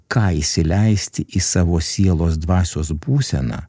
ką įsileisti į savo sielos dvasios būseną